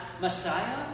Messiah